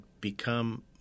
become